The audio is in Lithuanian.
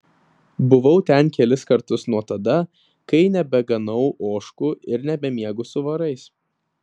buvau ten kelis kartus nuo tada kai nebeganau ožkų ir nebemiegu su vorais